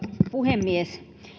puhemies